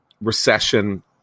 recession